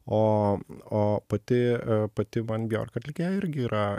o o pati pati van bjork atlikėja irgi yra